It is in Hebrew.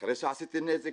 אחרי שעשיתי בה נזק.